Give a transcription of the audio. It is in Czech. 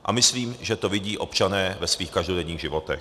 A myslím, že to vidí občané ve svých každodenních životech.